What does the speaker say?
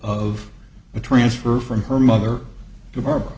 of a transfer from her mother to bar